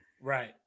right